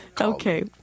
okay